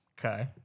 okay